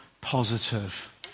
positive